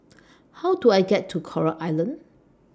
How Do I get to Coral Island